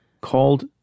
called